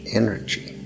energy